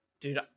dude